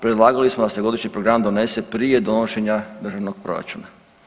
Predlagali smo da se predloženi program donese prije donošenja državnog proračuna.